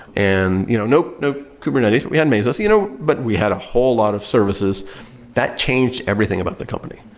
and you know no no kubernetes, but we had mesos. you know but we had a whole lot of services that changed everything about the company,